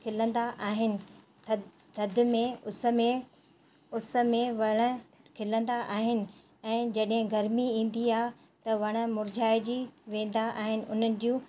खिलंदा आहिनि थ थधि में उस में वण खिलंदा आहिनि ऐं जॾहिं गरमी ईंदी आहे त वण मुरझाएजी वेंदा आहिनि उन्हनि जूं